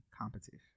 competition